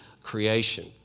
creation